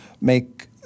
make